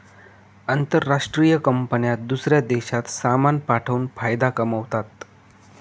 आंतरराष्ट्रीय कंपन्या दूसऱ्या देशात सामान पाठवून फायदा कमावतात